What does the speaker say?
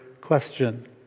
question